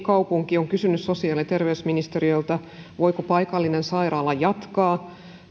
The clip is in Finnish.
kaupunki on kysynyt sosiaali ja terveysministeriöltä voiko paikallinen sairaala jatkaa